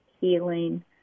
healing